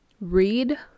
read